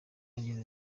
ageza